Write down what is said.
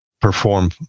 perform